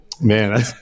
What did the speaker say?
Man